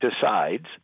decides